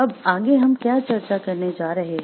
अब आगे हम क्या चर्चा करने जा रहे हैं